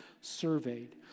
surveyed